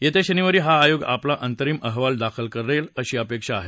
येत्या शनिवारी हा आयोग आपला अंतरिम अहवाल दाखल करेल अशी अपेक्षा आहे